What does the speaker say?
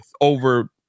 over